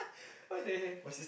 what the hell